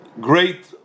great